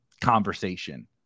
conversation